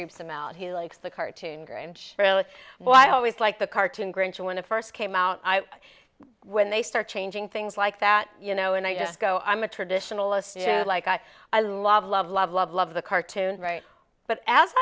some out he likes the cartoon grange really well i always like the cartoon grinch when it first came out when they start changing things like that you know and i just go i'm a traditionalist you know like i i love love love love love the cartoon right but as i